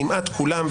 כמעט כולם,